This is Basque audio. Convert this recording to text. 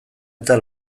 eta